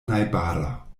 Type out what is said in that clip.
najbara